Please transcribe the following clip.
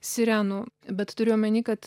sirenų bet turiu omeny kad